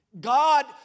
God